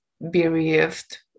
bereaved